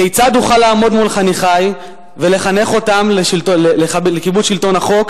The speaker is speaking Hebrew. כיצד אוכל לעמוד מול חניכי ולחנך אותם לכיבוד שלטון החוק,